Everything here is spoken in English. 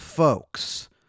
Folks